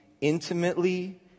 intimately